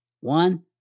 One